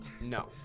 No